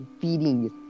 Feeding